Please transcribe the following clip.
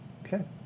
Okay